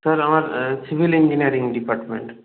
sir আমার civil engineering department